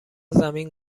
زمین